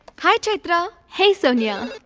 hi chaitra. hey sonia.